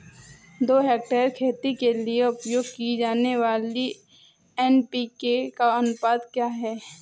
दो हेक्टेयर खेती के लिए उपयोग की जाने वाली एन.पी.के का अनुपात क्या है?